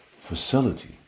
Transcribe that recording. facility